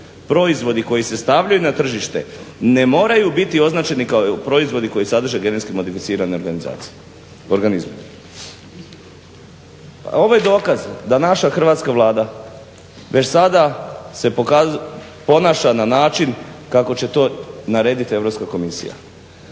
proizvodi koji se stavljaju na tržište ne moraju biti označeni kao proizvodi koji sadrže GMO-e. Ovo je dokaz da naša hrvatska Vlada već sada se ponaša na način kako će to naredit Europska komisija.